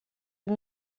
you